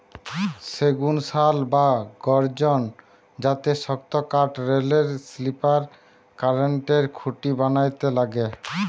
সেগুন, শাল বা গর্জন জাতের শক্তকাঠ রেলের স্লিপার, কারেন্টের খুঁটি বানাইতে লাগে